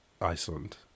Iceland